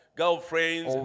girlfriends